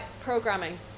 programming